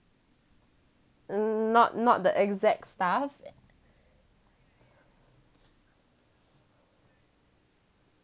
not not the exact stuff